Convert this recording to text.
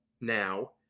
now